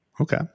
Okay